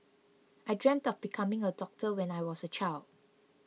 I dreamt of becoming a doctor when I was a child